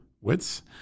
wits